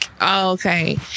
Okay